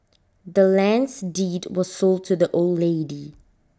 the land's deed was sold to the old lady